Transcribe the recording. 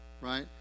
right